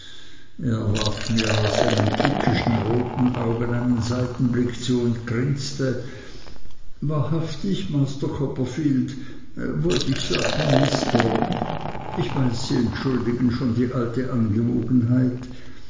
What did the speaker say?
warf mir aus seinen tückischen roten augen einen seitenblick zu und grinste wahrhaftig master copperfield wollt ich sagen mister ich weiß sie entschuldigen schon die alte angewohnheit